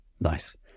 Nice